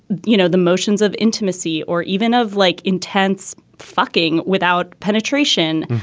you know, the motions of intimacy or even of like intense fucking without penetration.